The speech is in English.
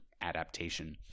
adaptation